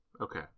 Okay